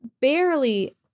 barely